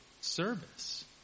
service